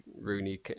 rooney